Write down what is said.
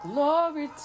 Glory